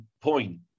point